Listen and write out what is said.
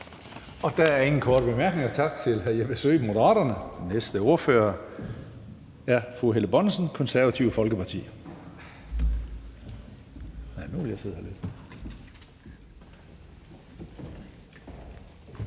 Der er ikke nogen korte bemærkninger. Tak til hr. Jeppe Søe, Moderaterne. Næste ordfører er fru Helle Bonnesen, Konservative Folkeparti.